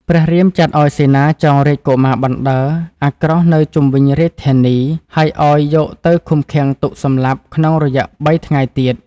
ព្រះរាមចាត់ឱ្យសេនាចងរាជកុមារបណ្តើរអាក្រោសនៅជុំវិញរាជធានី ហើយឱ្យយកទៅឃុំឃាំងទុកសម្លាប់ក្នុងរយះបីថ្ងៃទៀត។